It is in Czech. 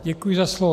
Děkuji za slovo.